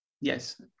Yes